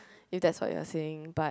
if that's what you're saying but